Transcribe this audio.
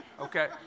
Okay